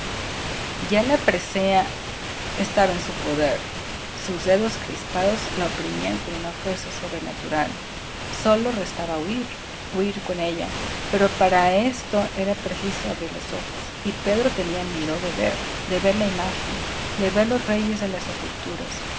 ya la presea estaba en su poder sus dedos crispados la oprimían con una fuerza sobrenatural sólo restaba huir huir con ella pero para esto era preciso abrir los ojos y pedro tenía miedo de ver de ver la imagen de ver los reyes de las sepulturas